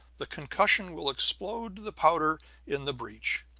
the concussion will explode the powder in the breech.